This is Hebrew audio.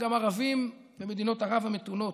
גם ערבים במדינות ערב המתונות: